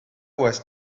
was